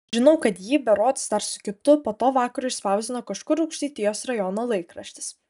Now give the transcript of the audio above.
žinau kad jį berods dar su kitu po to vakaro išspausdino kažkur aukštaitijos rajono laikraštis